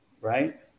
right